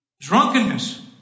Drunkenness